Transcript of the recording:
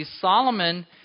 Solomon